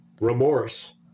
remorse